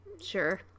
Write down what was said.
Sure